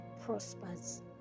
prospers